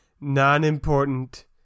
Non-important